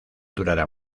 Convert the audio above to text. durará